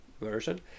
version